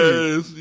Yes